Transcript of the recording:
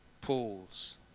pools